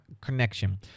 connection